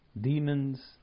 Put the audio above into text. demons